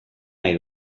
nahi